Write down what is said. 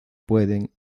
pueden